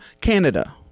Canada